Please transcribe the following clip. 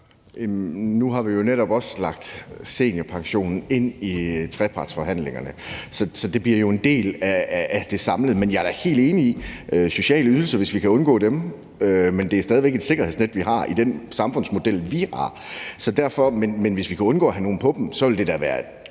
Nu har vi netop også lagt seniorpensionen ind i trepartsforhandlingerne, så det bliver jo en del af det samlede forløb. Men jeg er da helt enig i, at det vil være godt, hvis vi kan undgå sociale ydelser, men det er stadig væk et sikkerhedsnet, vi har i den samfundsmodel, vi har. Men hvis vi kan undgå, at folk skal modtage sociale ydelser,